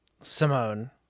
Simone